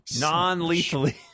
Non-lethally